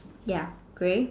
ya grey